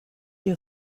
you